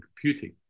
computing